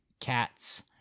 cats